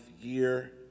year